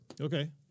Okay